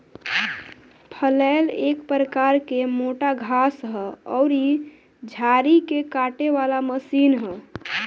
फलैल एक प्रकार के मोटा घास अउरी झाड़ी के काटे वाला मशीन ह